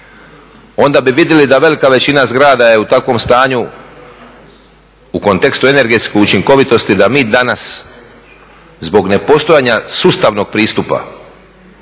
onda bi vidili da velika većina zgrada je u takvom stanju u kontekstu energetske učinkovitosti da mi danas zbog nepostojanja sustavnog pristupa